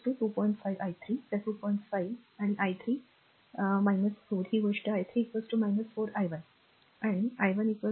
5 आणि i 3 r काय call 4 ही गोष्ट i 3 4 i 1 आणि i 1 20